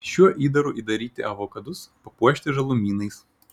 šiuo įdaru įdaryti avokadus papuošti žalumynais